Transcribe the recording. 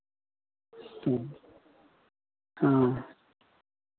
ह्म्म हँ